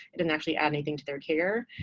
it doesn't actually add anything to their care.